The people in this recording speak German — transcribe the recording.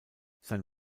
sein